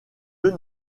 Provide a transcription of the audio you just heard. yeux